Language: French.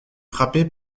frappé